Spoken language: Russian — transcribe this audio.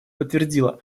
подтвердила